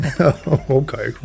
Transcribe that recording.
Okay